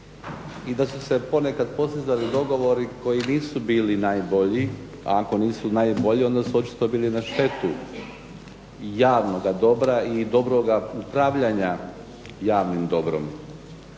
i da su se ponekad postizali dogovorili koji nisu bili najbolji a ako nisu najbolji onda su očito bili na štetu javnoga dobra i dobroga upravljanja javnim dobrom.